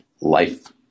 life